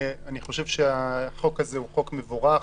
אני חושב שהחוק הזה הוא חוק מבורך.